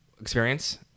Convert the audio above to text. experience